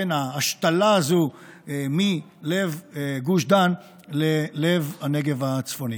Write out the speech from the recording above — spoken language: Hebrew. ההשתלה הזו מלב גוש דן ללב הנגב הצפוני.